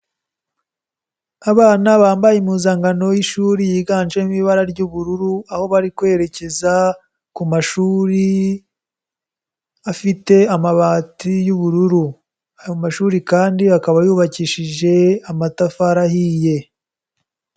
Abana bambaye impuzankano y'ishuri yiganjemo ibara ry'ubururu, aho bari kwerekeza ku mashuri afite amabati y'ubururu, ayo mashuri kandi akaba yubakishije amatafari ahiye.